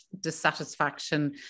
dissatisfaction